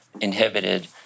inhibited